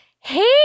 hey